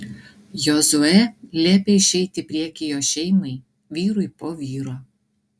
jozuė liepė išeiti į priekį jo šeimai vyrui po vyro